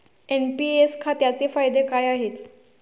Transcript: NPS खात्याचे फायदे काय आहेत?